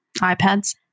ipads